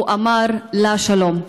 הוא אמר לה שלום.